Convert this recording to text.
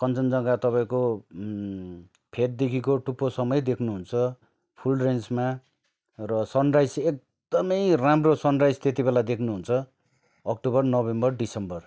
कञ्चनजङ्घा तपाईँको फेददेखिको टुप्पोसम्मै देख्नुहुन्छ फुल रेन्जमा र सनराइज एकदमै राम्रो सनराइज त्यतिबेला देख्नुहुन्छ अक्टोबर नोभेम्बर डिसेम्बर